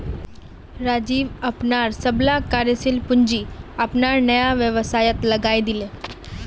राजीव अपनार सबला कार्यशील पूँजी अपनार नया व्यवसायत लगइ दीले